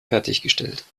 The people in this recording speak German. fertiggestellt